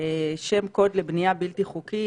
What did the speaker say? שם קוד לבנייה בלתי חוקית,